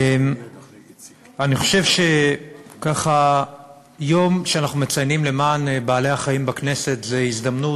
אני חושב שיום שאנחנו מציינים למען בעלי-החיים בכנסת הוא הזדמנות,